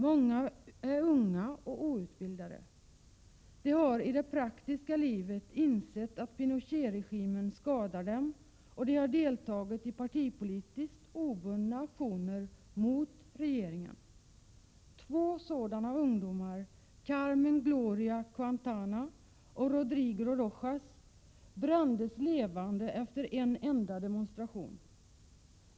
Många är unga och outbildade. De har insett att Pinochetregimen i det praktiska livet skadar dem, och de har deltagit i partipolitiskt obundna aktioner mot regeringen. Två sådana ungdomar, Carmen Gloria Quintana och Rodrigo Rojas, brändes levande efter en enda demonstration.